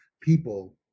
people